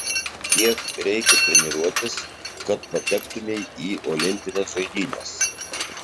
kiek reikia treniruotis kad patektumei į olimpines žaidynes